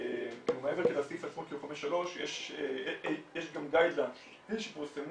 מעבר לסעיף עצמו 5.3 יש גם קווים מנחים שפורסמו,